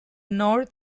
north